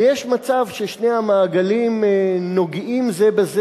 ויש מצב ששני המעגלים נוגעים זה בזה